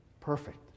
perfect